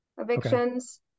evictions